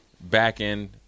back-end